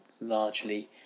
largely